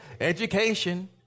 education